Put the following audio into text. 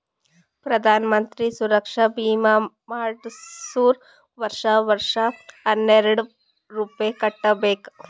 ಪ್ರಧಾನ್ ಮಂತ್ರಿ ಸುರಕ್ಷಾ ಭೀಮಾ ಮಾಡ್ಸುರ್ ವರ್ಷಾ ವರ್ಷಾ ಹನ್ನೆರೆಡ್ ರೂಪೆ ಕಟ್ಬಬೇಕ್